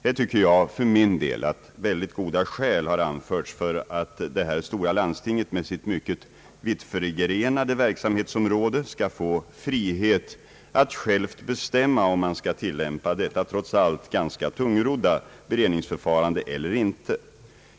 Här tycker jag för min del att goda skäl har anförts för att detta stora landsting med sitt mycket vittförgrenade verksamhetsområde skall få frihet att självt bestämma om man skall tillämpa detta trots allt ganska tungrodda beredningsförfarande eller inte.